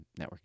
networking